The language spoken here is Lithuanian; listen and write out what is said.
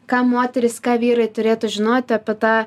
ką moterys ką vyrai turėtų žinoti apie tą